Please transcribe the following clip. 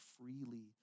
freely